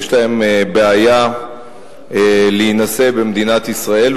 יש להם בעיה להינשא במדינת ישראל,